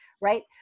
Right